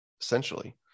essentially